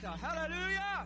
Hallelujah